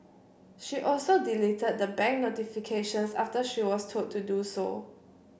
she also deleted the bank notifications after she was told to do so